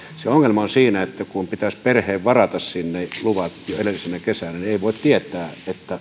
se ongelma on siinä että kun pitäisi perheen varata sinne luvat jo edellisenä kesänä niin ei voi tietää